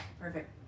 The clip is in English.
Perfect